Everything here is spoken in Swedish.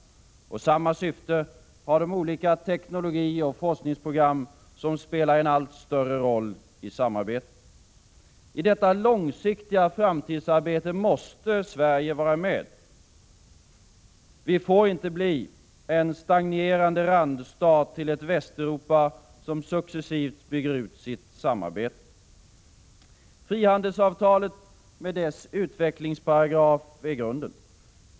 Och samma syfte har de olika teknologioch forskningsprogram som spelar en allt större roll i samarbetet. I detta långsiktiga framtidsarbete måste Sverige vara med. Vi får inte bli en stagnerande randstat till ett Västeuropa som successivt bygger ut sitt samarbete. Frihandelsavtalet med dess utvecklingsparagraf är grunden.